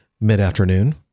mid-afternoon